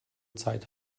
zeit